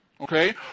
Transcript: Okay